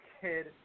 kid